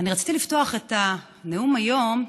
אני רציתי לפתוח את הנאום היום,